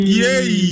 yay